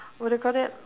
what do you call that